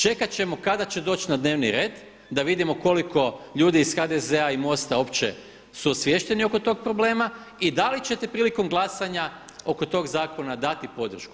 Čekat ćemo kada će doći na dnevni red da vidimo koliko ljudi iz HDZ-a i MOST-a uopće su osviješteni oko tog problema i da li ćete prilikom glasanja oko tog zakona dati podršku.